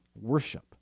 worship